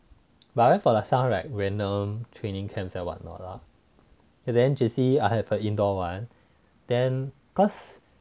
but I went for like some like random training camps and what not lah then J_C I have a indoor [one] then cause